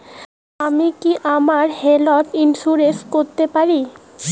আমি কি আমার হেলথ ইন্সুরেন্স করতে পারি?